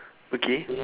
okay